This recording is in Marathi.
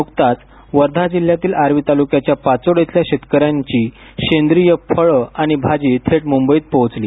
नुकताच वर्धा जिल्ह्यातील आर्वी ताल्क्याच्या पाचोड इथल्या शेतकऱ्यांची सेंद्रिय फळं आणि भाजी थेट मुंबईत पोहोचली